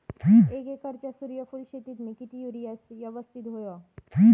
एक एकरच्या सूर्यफुल शेतीत मी किती युरिया यवस्तित व्हयो?